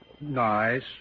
Nice